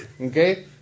Okay